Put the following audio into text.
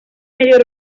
medio